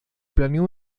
planeó